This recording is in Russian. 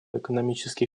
экономический